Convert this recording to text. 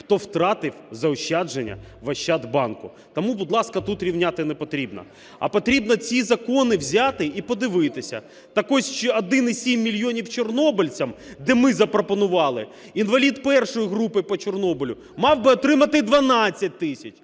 хто втратив заощадження в Ощадбанку. Тому, будь ласка, тут рівняти не потрібно. А потрібно ці закони взяти і подивитися. Так ось, 1,7 мільйона чорнобильцям, де ми запропонували: інвалід І групи по Чорнобилю мав би отримати 12 тисяч,